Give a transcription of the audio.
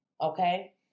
Okay